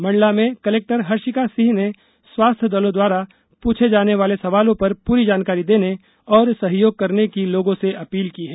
मंडला में कलेक्टर हर्षिका सिंह ने स्वास्थ्य दलों द्वारा पूछे जाने वाले सवालों पर पूरी जानकारी देने और सहयोग करने की लोगों से अपील की है